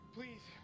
Please